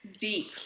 deep